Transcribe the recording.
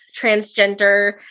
transgender